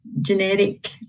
generic